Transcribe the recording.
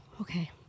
Okay